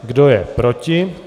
Kdo je proti?